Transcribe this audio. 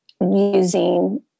using